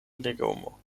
legomo